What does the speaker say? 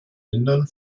hindern